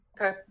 Okay